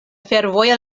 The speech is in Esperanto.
fervoja